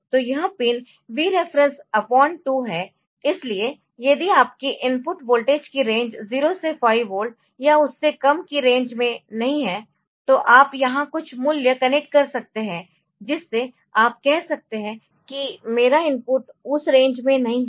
तो यह pin Vref 2 है इसलिए यदि आपकी इनपुट वोल्टेज की रेंज 0 से 5 वोल्ट या उससे कम की रेंज में नहीं है तो आप यहां कुछ मूल्य कनेक्ट कर सकते है जिससे आप कह सकते है कि मेरा इनपुट उसरेंज में नहीं है